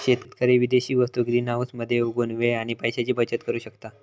शेतकरी विदेशी वस्तु ग्रीनहाऊस मध्ये उगवुन वेळ आणि पैशाची बचत करु शकता